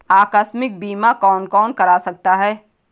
आकस्मिक बीमा कौन कौन करा सकता है?